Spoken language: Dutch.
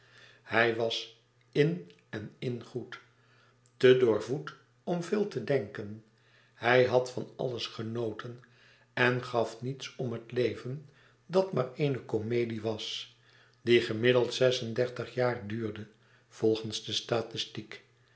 hij was in en ingoed te doorvoed om veel te denken hij had van alles genoten en gaf niets om het leven dat maar eene comedie was die gemiddeld zes en dertig jaren duurde volgens de statistiek